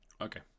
Okay